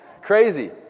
Crazy